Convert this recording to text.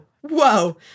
whoa